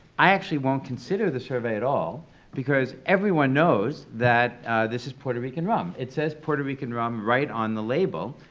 i actually won't consider the survey at all because everyone knows that this is puerto rican rum. it says puerto rican rum right on the label,